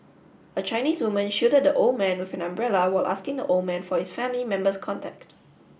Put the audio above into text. a Chinese woman shielded the old man with an umbrella while asking the old man for his family member's contact